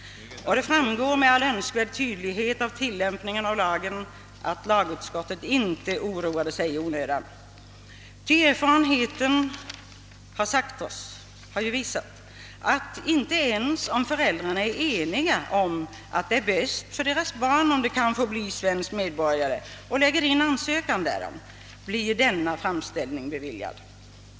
Och det framgår med all önskvärd tydlighet av tilllämpningen av lagen att utskottet inte oroade sig i onödan. Erfarenheten har nämligen visat att inte ens om föräldrarna är eniga om att det är bäst för deras barn att erhålla svenskt medborgarskap och lägger in ansökan därom, blir framställningen beviljad.